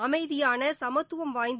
அமைதியான சமத்துவம் வாய்ந்த